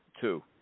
two